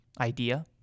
idea